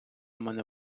мене